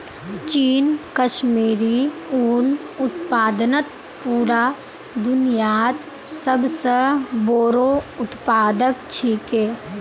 चीन कश्मीरी उन उत्पादनत पूरा दुन्यात सब स बोरो उत्पादक छिके